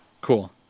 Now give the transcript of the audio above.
Cool